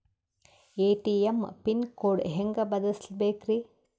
ATM pin code ಹೆಂಗ್ ಬದಲ್ಸ್ಬೇಕ್ರಿ?